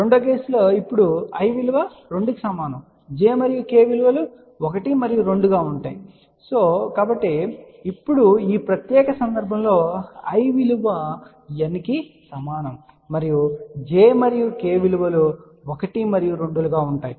రెండవ కేసు లో ఇప్పుడు i విలువ 2 కి సమానం j మరియు k విలువలు 1 మరియు 2 గా ఉంటాయి మరియు ఇప్పుడు ఈ ప్రత్యేక సందర్భంలో i విలువ N కి సమానం మరియు j మరియు k విలువలు1 మరియు 2 గా ఉంటుంది